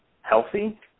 healthy